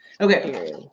Okay